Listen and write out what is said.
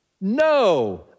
No